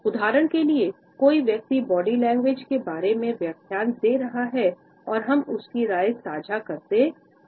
उदाहरण के लिए कोई व्यक्ति बॉडी लैंग्वेज के बारे में व्याख्यान दे रहा है और हम उसकी राय साझा करते हैं